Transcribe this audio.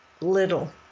little